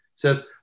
says